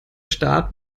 staat